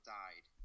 died